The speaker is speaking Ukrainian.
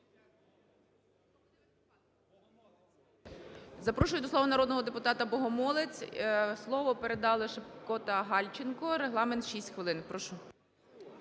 Запрошую до слова народного депутата Богомолець. Слово передали Шипко та Гальченко, регламент – 6 хвилин. Прошу.